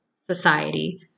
Society